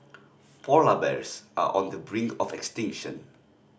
polar bears are on the brink of extinction